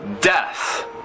death